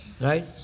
Right